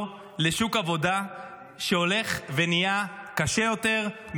לשוק העבודה שהולך ונהיה קשה יותר,